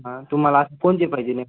हां तुम्हाला कोणते पाहिजे असं नेमकं